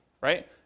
right